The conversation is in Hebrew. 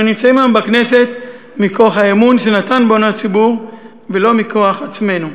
אנחנו נמצאים היום בכנסת מכוח האמון שנתן בנו הציבור ולא מכוח עצמנו.